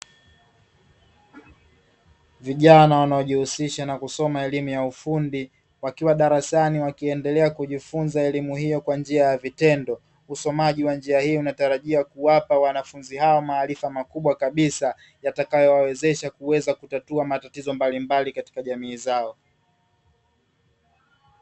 Vijana wanaojihusisha na kusoma elimu ya ufundi wakiwa darasani wakiendelea kujifunza elimu hiyo kwa njia ya vitendo, usomaji wa njia hii unatarajia kuwapa wanafunzi hawa maarifa makubwa kabisa yatakayowawezesha kuweza kutatua matatizo mbalimbali katika jamii zao.